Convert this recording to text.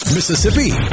Mississippi